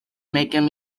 making